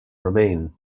remain